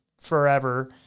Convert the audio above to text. forever